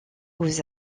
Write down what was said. aux